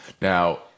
Now